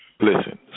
Listen